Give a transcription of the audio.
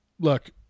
look